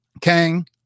kang